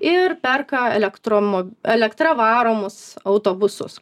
ir perka elektromo elektra varomus autobusus